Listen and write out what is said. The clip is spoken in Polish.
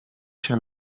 się